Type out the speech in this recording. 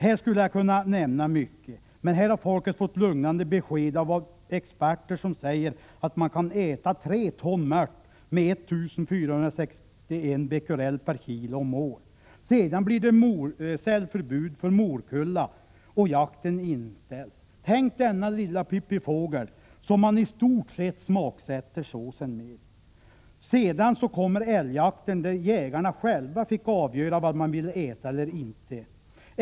Här skulle jag kunna nämna mycket, t.ex. att folk har fått lugnande besked av experter, som säger att man kan äta 3 ton mört med 1 461 becquerel per kilo om året. Sedan blir det förbud att sälja morkulla, och jakten inställs — denna lilla fågel, som i stort sett används till smaksättning av såsen. Sedan kommer älgjakten, där jägarna själva får avgöra vad de vill äta.